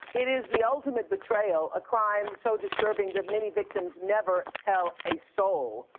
it is the ultimate betrayal, a crime so disturbing that many victims never tell a soul.